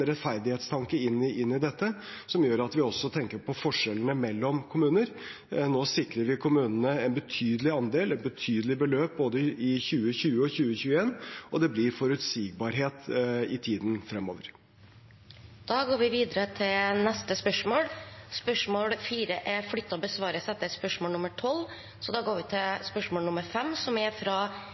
rettferdighetstanke i dette, som gjør at vi også tenker på forskjellene mellom kommuner. Nå sikrer vi kommunene en betydelig andel, et betydelig beløp, i både 2020 og 2021, og det blir forutsigbarhet i tiden fremover. Vi går tilbake til den ordinære spørsmålsrekkefølgen. Spørsmål 4 er flyttet og besvares etter spørsmål 12, så vi går til spørsmål